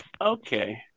Okay